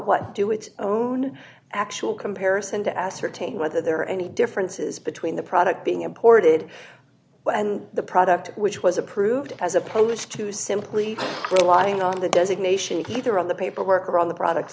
what do its own actual comparison to ascertain whether there are any differences between the product being imported and the product which was approved as opposed to simply relying on the designation either on the paperwork or on the product